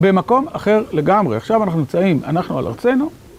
במקום אחר לגמרי, עכשיו אנחנו נמצאים, אנחנו על ארצנו.